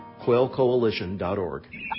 quailcoalition.org